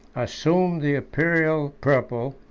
assumed the imperial purple,